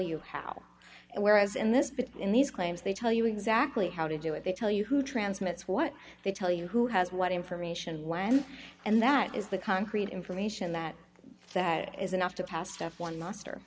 you how whereas in this in these claims they tell you exactly how to do it they tell you who transmits what they tell you who has what information when and that is the concrete information that that is enough to pass step one muster